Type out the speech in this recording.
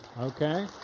okay